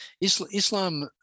Islam